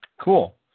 Cool